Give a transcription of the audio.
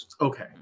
Okay